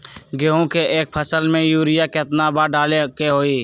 गेंहू के एक फसल में यूरिया केतना बार डाले के होई?